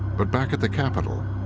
but back at the capitol,